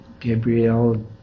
Gabriel